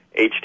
HD